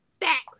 facts